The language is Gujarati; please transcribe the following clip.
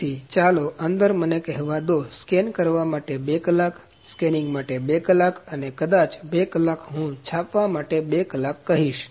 તેથી ચાલો અંદર મને કહેવા દો સ્કેન કરવા માટે 2 કલાક સ્કેનિંગ માટે 2 કલાક અને કદાચ 2 કલાક હું છાપવા માટે 2 કલાક કહીશ